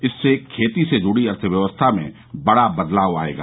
इससे खेती से जुड़ी अर्थव्यवस्था में बड़ा बदलाव आएगा